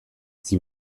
sie